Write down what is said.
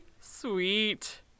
sweet